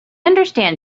understand